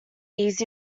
easy